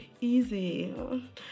easy